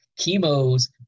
chemo's